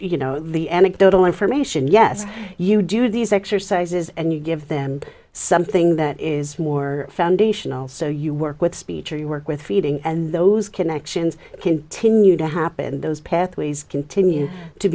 you know the end of the information yes you do these exercises and you give them something that is more foundational so you work with speech or you work with feeding and those connections continue to happen those pathways continue to